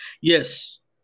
Yes